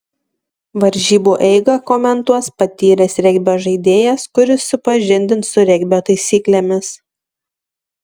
varžybų eigą komentuos patyręs regbio žaidėjas kuris supažindins su regbio taisyklėmis